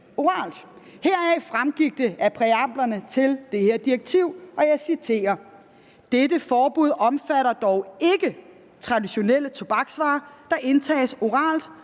fremgik følgende af præamblerne til det her direktiv: »... dette forbud omfatter dog ikke traditionelle tobaksvarer, som indtages oralt,